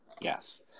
Yes